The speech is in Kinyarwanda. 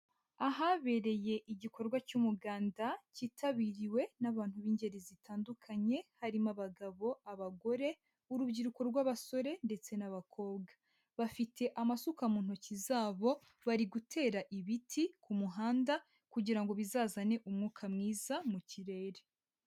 Ahabereye igikorwa cy'umuganda, cyitabiriwe n'abantu b'ingeri zitandukanye, harimo: abagabo, abagore, urubyiruko rw'abasore ndetse n'abakobwa. Bafite amasuka mu ntoki zabo, bari gutera ibiti ku muhanda, kugira ngo bizazane umwuka mwiza mu kirere.